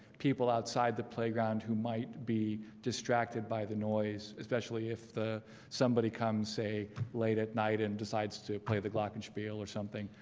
people outside the playground who might be distracted by the noise especially if somebody comes say late at night and decides to play the glockenspiel or something.